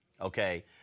okay